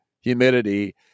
humidity